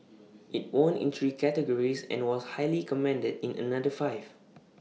IT won in three categories and was highly commended in another five